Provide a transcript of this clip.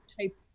type